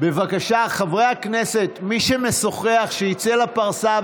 חברי הכנסת, מי שמשוחח, שיצא לפרסה,